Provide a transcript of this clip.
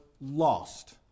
lost